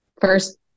First